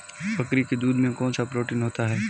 बकरी के दूध में कौनसा प्रोटीन होता है?